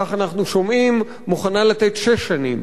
כך אנחנו שומעים, מוכנה לתת שש שנים.